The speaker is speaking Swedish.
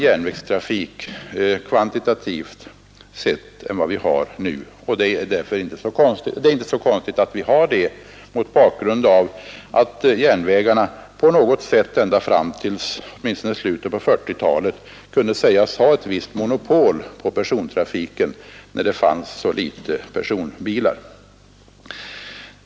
Järnvägstrafiken hade då kvantitativt en annan storleksordning än nu, och det är inte så konstigt mot bakgrunden av att järnvägarna åtminstone ända fram till i slutet på 1940-talet hade något av ett monopol på persontrafiken, eftersom det fanns så få personbilar.